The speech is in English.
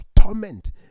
torment